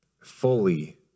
fully